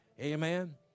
amen